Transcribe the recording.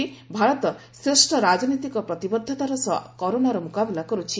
ସେ କହିଛନ୍ତି ଭାରତ ଶ୍ରେଷ୍ଠ ରାଜନୈତିକ ପ୍ରତିବଦ୍ଧତାର ସହ କରୋନାର ମୁକାବିଲା କରୁଛି